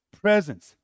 presence